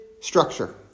structure